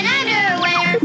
underwear